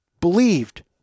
believed